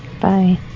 Bye